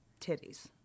titties